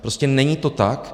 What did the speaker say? Prostě není to tak.